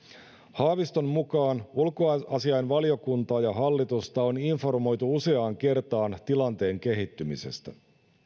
haaviston mukaan ulkoasiainvaliokuntaa ja hallitusta on informoitu useaan kertaan tilanteen kehittymisestä